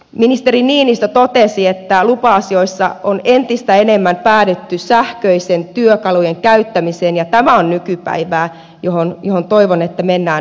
ministeri niinistö totesi että lupa asioissa on entistä enemmän päädytty sähköisten työkalujen käyttämiseen ja tämä on nykypäivää johon toivon että mennään nopeasti